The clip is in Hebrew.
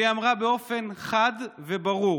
והיא אמרה באופן חד וברור